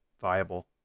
viable